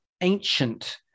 ancient